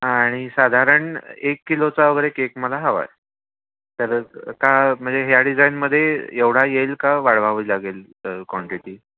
आणि साधारण एक किलोचा वगैरे केक मला हवा आहे तर का म्हणजे ह्या डिझाईनमध्ये एवढा येईल का वाढवावं लागेल क्वांटिटी